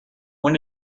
when